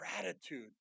gratitude